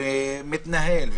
מתנהל,